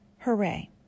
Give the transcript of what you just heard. Hooray